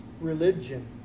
religion